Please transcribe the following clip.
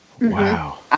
Wow